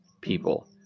people